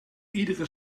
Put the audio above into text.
iedere